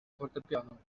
fortepianu